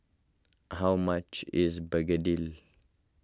how much is Begedil